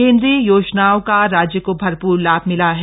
केंद्रीय योजनाओं का राज्य को भरपूर लाभ मिला है